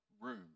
room